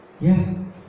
Yes